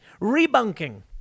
Rebunking